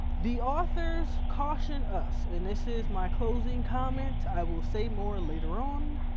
the authors caution us, and this is my closing comment, i will say more later on.